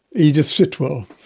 edith sitwell.